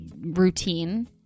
routine